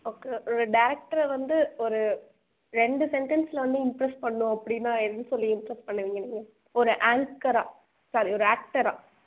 okay ஒரு டேரக்டரை வந்து ஒரு ரெண்டு சென்டன்ஸிள் வந்து இம்ப்ரெஸ் பண்ணும் அப்படின்னா என்ன சொல்லி இம்ப்ரெஸ் பண்ணுவீங்க நீங்கள் ஒரு ஆங்க்கராக சாரி ஒரு ஆக்டராக